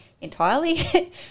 entirely